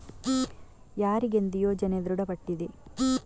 ಯಾರಿಗೆಂದು ಯೋಜನೆ ದೃಢಪಟ್ಟಿದೆ?